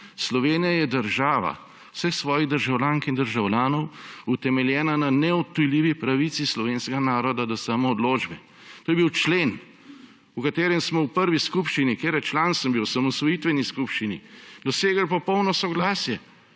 »Slovenija je država vseh svojih državljank in državljanov, utemeljena na neodtujljivi pravici slovenskega naroda do samoodločbe.« To je bil člen, o katerem smo v prvi skupščini, katere član sem bil, osamosvojitveni skupščini, dosegel popolno soglasje.